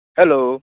hello